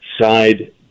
side